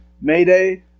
Mayday